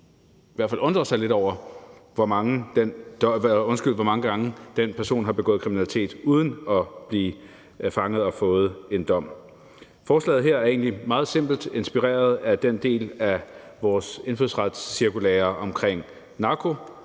omfattende tyveri, tænke over, hvor mange gange den person har begået kriminalitet uden at blive fanget og have fået en dom. Forslaget her er egentlig meget simpelt og er inspireret af den del af vores indfødsretscirkulære, der